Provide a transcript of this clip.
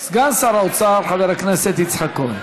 סגן שר האוצר חבר הכנסת יצחק כהן.